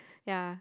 ya